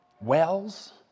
wells